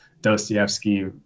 Dostoevsky